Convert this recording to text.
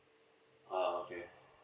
ah okay